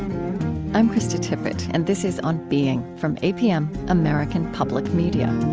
i'm krista tippett, and this is on being from apm, american public media